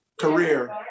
career